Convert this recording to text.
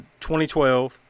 2012